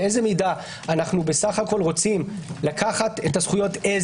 באיזו מידה אנו בסך הכול רוצים לקחת את הזכויות אז